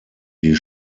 die